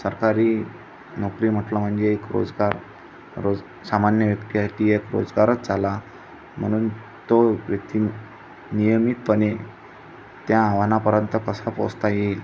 सरकारी नोकरी म्हटलं म्हणजे एक रोजगार रोज सामान्य व्यक्तीला की एक रोजगारच झाला म्हणून तो व्यक्ति नियमितपणे त्या आव्हानापर्यंत कसं पोहचता येईल